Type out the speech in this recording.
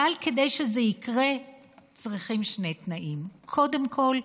אבל כדי שזה יקרה צריכים שני תנאים: קודם כול,